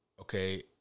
okay